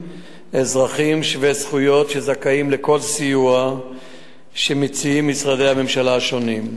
אזרחים שווי זכויות שזכאים לכל סיוע שמשרדי הממשלה השונים מציעים.